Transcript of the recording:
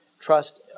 Trust